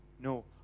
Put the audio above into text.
No